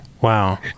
Wow